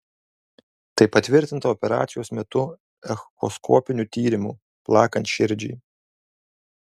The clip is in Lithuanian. tai patvirtinta operacijos metu echoskopiniu tyrimu plakant širdžiai